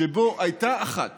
שבו הייתה אחת